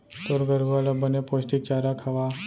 तोर गरूवा ल बने पोस्टिक चारा खवा